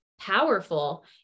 powerful